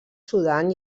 sudan